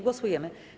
Głosujemy.